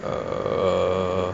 err